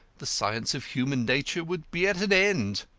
the science of human nature would be at an end.